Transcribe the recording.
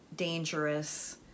dangerous